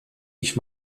ich